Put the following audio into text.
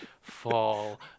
fall